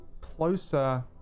closer